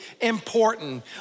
important